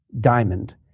diamond